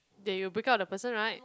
that you'll break up with the person right